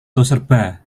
toserba